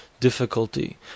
difficulty